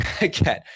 again